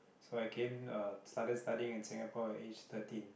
so I came uh started studying in Singapore at age thirteen